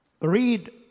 read